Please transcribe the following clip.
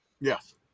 Yes